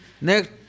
next